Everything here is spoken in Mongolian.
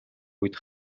үед